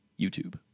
YouTube